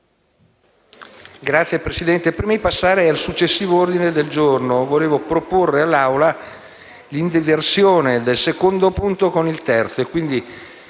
Signor Presidente, prima di passare al successivo punto all'ordine del giorno, volevo proporre all'Aula l'inversione del secondo punto con il terzo